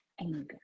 anger